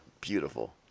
beautiful